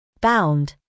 Bound